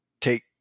take